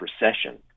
recession